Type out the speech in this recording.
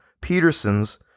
Petersons